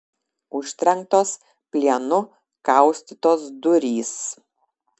užtrenktos plienu kaustytos durys